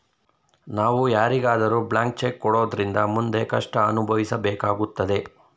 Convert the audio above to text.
ನಾವು ಯಾರಿಗಾದರೂ blank cheque ಕೊಡೋದ್ರಿಂದ ಮುಂದೆ ಕಷ್ಟ ಅನುಭವಿಸಬೇಕಾಗುತ್ತದೆ